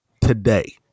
today